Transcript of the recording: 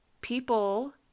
people